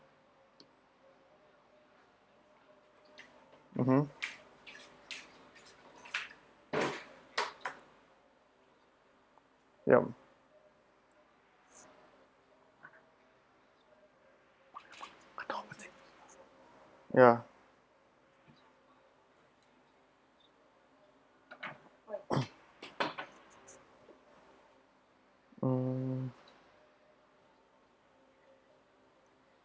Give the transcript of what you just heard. mmhmm yup ya mm